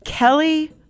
Kelly